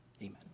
amen